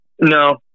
No